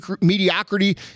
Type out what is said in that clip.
mediocrity